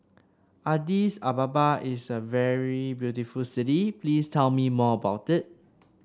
Addis Ababa is a very beautiful city please tell me more about it